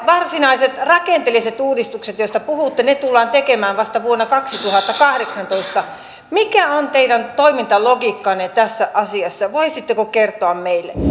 varsinaiset rakenteelliset uudistukset joista puhutte tullaan tekemään vasta vuonna kaksituhattakahdeksantoista mikä on teidän toimintalogiikkanne tässä asiassa voisitteko kertoa meille